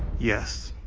yes.